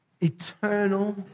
eternal